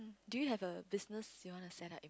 do you have a business you want to set like